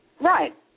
right